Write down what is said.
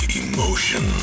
emotion